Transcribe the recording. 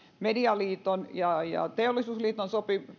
medialiiton ja ja teollisuusliiton